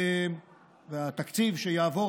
והתקציב שיעבור,